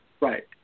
Right